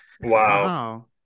Wow